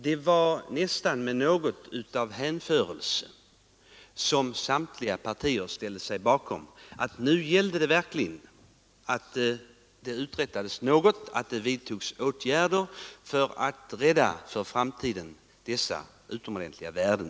Det var med något av hänförelse som samtliga partier ställde sig bakom ståndpunkten att nu gällde det verkligen att se till att någonting uträttades, att åtgärder vidtogs för att rädda dessa utomordentliga värden.